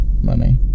money